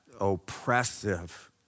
oppressive